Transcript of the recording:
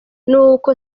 nuko